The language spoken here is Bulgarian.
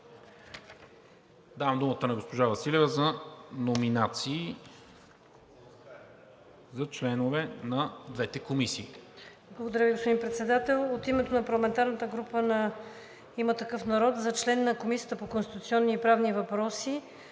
Давам думата на госпожа Василева за номинации на членове за двете комисии. ВИКТОРИЯ ВАСИЛЕВА (ИТН): Благодаря Ви, господин Председател. От името на парламентарната група на „Има такъв народ“ за член на Комисията по конституционни и правни въпроси